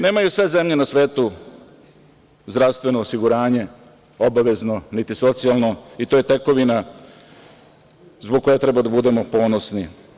Nemaju sve zemlje na svetu zdravstveno osiguranje obavezno, niti socijalno, i to je tekovina zbog koje treba da budemo ponosni.